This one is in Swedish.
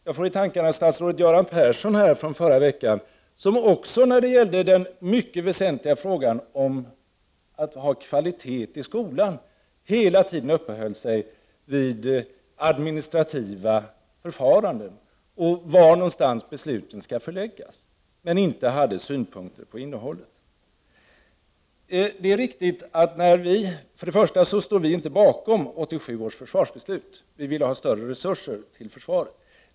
Jag får i tankarna statsrådet Göran Persson som här förra veckan, när det gällde den också mycket väsentliga frågan om kvalitet i skolan, hela tiden uppehöll sig vid administrativa förfaranden och var någonstans besluten skall fattas, men inte hade synpunkter på innehållet. Vi står inte bakom 1987 års försvarsbeslut; vi vill ha större resurser till försvaret.